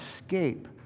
escape